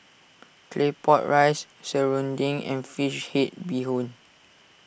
Claypot Rice Serunding and Fish Head Bee Hoon